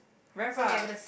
very fast